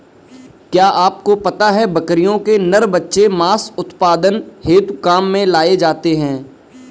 क्या आपको पता है बकरियों के नर बच्चे मांस उत्पादन हेतु काम में लाए जाते है?